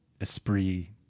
esprit